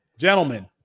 Gentlemen